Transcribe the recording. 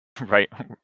Right